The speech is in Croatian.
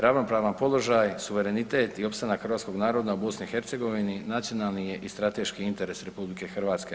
Ravnopravan položaj, suverenitet i opstanak hrvatskog naroda u BiH nacionalni je i strateški interes RH.